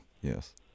yes